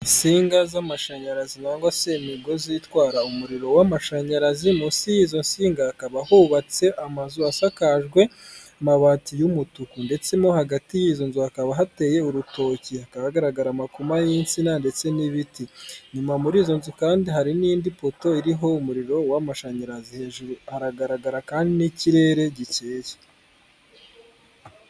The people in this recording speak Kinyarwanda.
Insinga z'amashanyarazi cyangwa se imigozi itwara umuriro w'amashanyarazi munsi y'izo nsinga hakaba hubatse amazu asakajwe amabati y'umutuku ndetse no hagati y'izo nzu hakaba hateye urutoki hakaba hagaragara amakoma y'insina ndetse n'ibiti nyuma muri izo nzu kandi hari n'indi poto iriho umuriro w'amashanyarazi hejuru hagaragara kandi n'ikirere gikeye .